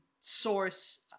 source